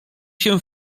się